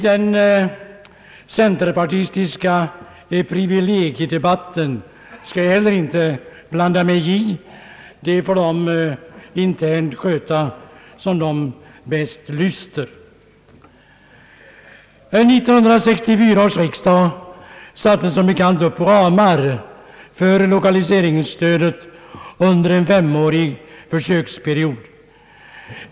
Den centerpartistiska privilegiedebatten skall jag inte heller blanda mig i. Den får centerpartisterna internt sköta som dem bäst lyster. 1964 års riksdag bestämde som bekant ramar för lokaliseringsstödet under en femårig försöksperiod.